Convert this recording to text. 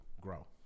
grow